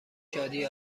شادی